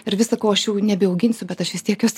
ir visa ko aš jau nebeauginsiu bet aš vis tiek esu